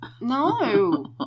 No